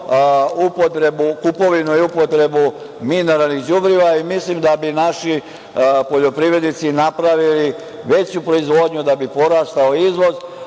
kupovinu i upotrebu mineralnih đubriva. Mislim da bi naši poljoprivrednici napravili veću proizvodnju da bi porastao izvoz,